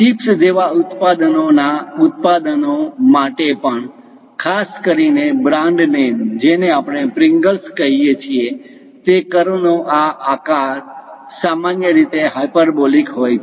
chips જેવા ઉત્પાદનો ના ઉત્પાદનો માટે પણ ખાસ કરીને બ્રાન્ડ નામ જેને આપણે પ્રિંગલ્સ કહીએ છીએ તે કર્વ નો આકાર સામાન્ય રીતે હાયપરબોલિક હોય છે